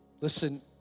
Listen